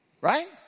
Right